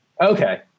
Okay